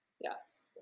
Yes